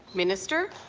minister?